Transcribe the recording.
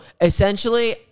essentially